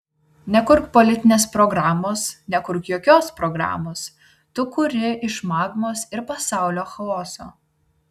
nekurk politinės programos nekurk jokios programos tu kuri iš magmos ir pasaulio chaoso